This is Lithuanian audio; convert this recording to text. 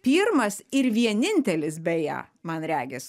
pirmas ir vienintelis beje man regis